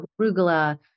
arugula